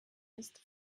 ist